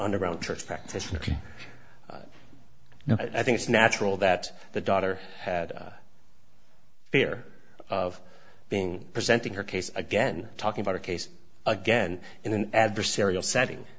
underground church practitioner i think it's natural that the daughter had fear of being present in her case again talking about a case again in an adversarial setting